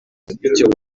icyo